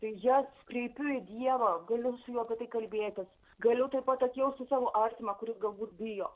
tai jas kreipiu į dievą galiu su juo apie tai kalbėtis galiu taip pat atjausti savo artimą kuris galbūt bijo